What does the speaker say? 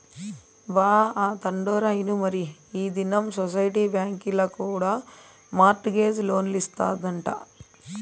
బా, ఆ తండోరా ఇనుమరీ ఈ దినం సొసైటీ బాంకీల కూడా మార్ట్ గేజ్ లోన్లిస్తాదంట